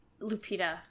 Lupita